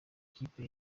kipe